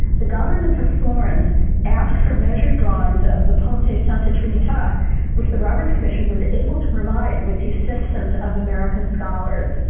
the government of florence asked for measured drawings of the ponte santa trinita which the roberts commission was able to provide with the assistance of american scholars.